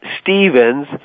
Stevens